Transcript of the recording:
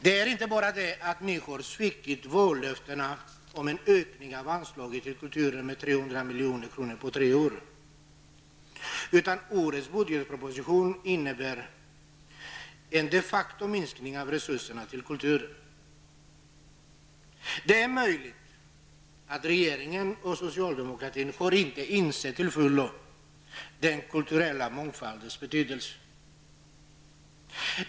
Det är inte bara det att de har svikit vallöftena om en ökning av anslagen till kulturen med 300 milj.kr. på tre år, utan årets budgetproposition innebär de facto en minskning av resurserna till kulturen. Det är möjligt att regeringen och socialdemokratin inte till fullo har insett den kulturella mångfaldens betydelse.